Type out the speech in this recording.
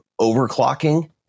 overclocking